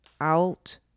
out